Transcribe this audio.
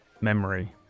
Memory